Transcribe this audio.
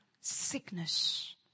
sickness